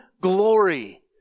glory